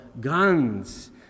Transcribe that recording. guns